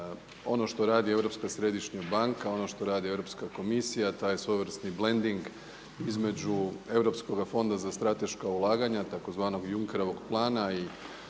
ono što radi Europska središnja banka, ono što radi Europska komisija, taj svojevrsni blending između Europskoga fonda za strateška ulaganja tzv. Junckerovog plana